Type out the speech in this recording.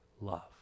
love